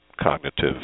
cognitive